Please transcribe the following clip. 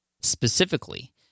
specifically